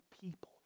people